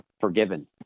forgiven